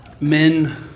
men